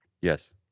yes